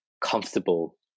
comfortable